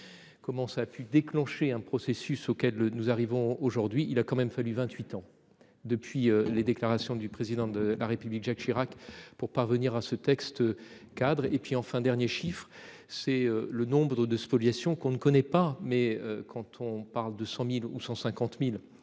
Comment ça a pu déclencher un processus auquel nous arrivons aujourd'hui il a quand même fallu 28 ans depuis les déclarations du président de la République Jacques Chirac. Pour parvenir à ce texte. Cadre et puis enfin dernier chiffre c'est le nombre de spoliation qu'on ne connaît pas mais quand on parle de 100.000 ou 150.000,